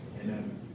amen